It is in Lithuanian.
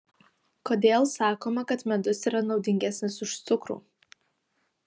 kodėl sakoma kad medus yra naudingesnis už cukrų